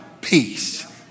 peace